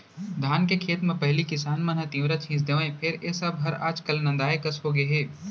धान के खेत म पहिली किसान मन ह तिंवरा छींच देवय फेर ए सब हर आज काल नंदाए कस होगे हे